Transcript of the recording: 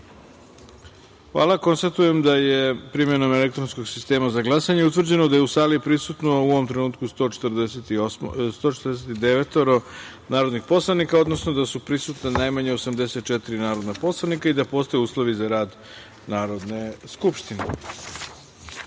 jedinice. Konstatujem da je primenom elektronskog sistema za glasanje utvrđeno da su u sali prisutna, u ovom trenutku, 149 narodna poslanika, odnosno da su prisutna najmanje 84 narodna poslanika i da postoje uslovi za rad. Da li